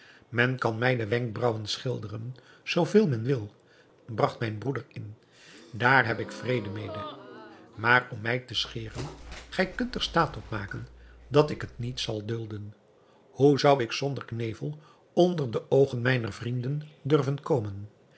men kan mij de wenkbraauwen schilderen zoo veel men wil bragt mijn broeder in daar heb ik vrede mede maar om mij te scheren gij kunt er staat op maken dat ik het niet zal dulden hoe zou ik zonder knevel onder de oogen mijner vrienden durven komen